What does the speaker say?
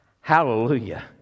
Hallelujah